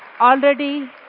already